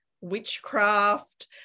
witchcraft